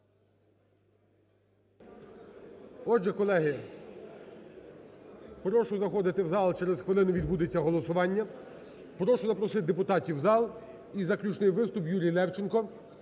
Отже, колеги, прошу заходити в зал. Через хвилину відбудеться голосування. Прошу запросити депутатів в зал. І заключний виступ – Юрій Левченко,